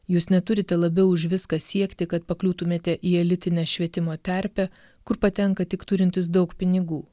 jūs neturite labiau už viską siekti kad pakliūtumėte į elitinę švietimo terpę kur patenka tik turintys daug pinigų